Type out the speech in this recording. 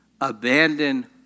Abandon